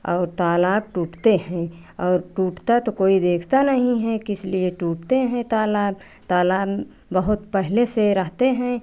और तालाब टूटते हैं और टूटता तो कोई देखता नहीं है किसलिए टूटते हैं तालाब तालाब बहुत पहले से रहते हैं